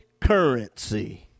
currency